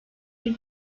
bir